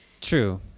true